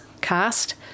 cast